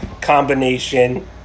combination